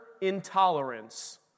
intolerance